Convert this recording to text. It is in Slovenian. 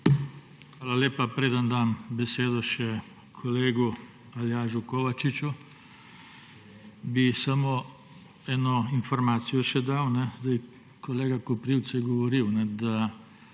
Hvala lepa. Preden dam besedo še kolegu Aljažu Kovačiču, bi samo eno informacijo še dal. Kolega Koprivc je govoril, da